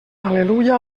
al·leluia